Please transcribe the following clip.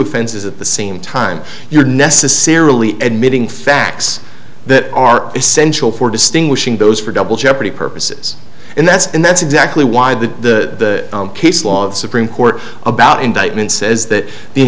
offenses at the same time you're necessarily admitting facts that are essential for distinguishing those for double jeopardy purposes and that's and that's exactly why the case law the supreme court about indictment says that the